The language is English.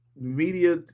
media